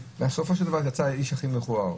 ובסופו של דבר הוא יצא האיש הכי מכוער.